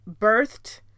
birthed